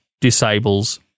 disables